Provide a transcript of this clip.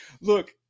look